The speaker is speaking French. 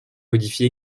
modifie